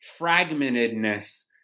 fragmentedness